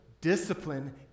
discipline